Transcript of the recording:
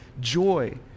joy